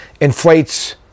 inflates